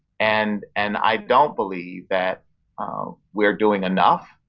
and and i don't believe that we're doing enough.